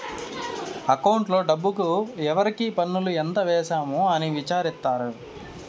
అకౌంట్లో డబ్బుకు ఎవరికి పన్నులు ఎంత వేసాము అని విచారిత్తారు